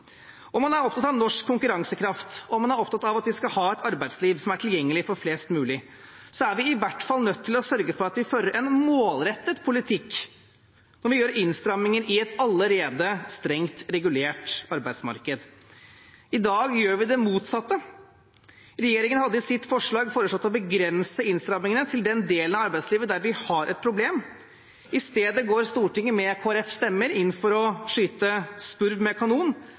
man er opptatt av norsk konkurransekraft, om man er opptatt av at vi skal ha et arbeidsliv som er tilgjengelig for flest mulig, er vi i hvert fall nødt til å sørge for at vi fører en målrettet politikk når vi gjør innstramninger i et allerede strengt regulert arbeidsmarked. I dag gjør vi det motsatte. Regjeringen hadde i sitt forslag foreslått å begrense innstramningene til den delen av arbeidslivet der vi har et problem. I stedet går Stortinget med Kristelig Folkepartis stemmer inn for å skyte spurv med kanon.